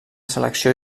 selecció